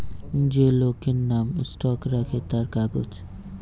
যে লোকের নাম স্টক রাখে তার কাগজ